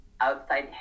outside